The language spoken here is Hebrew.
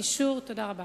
תודה רבה.